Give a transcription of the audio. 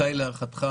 מתי להערכתך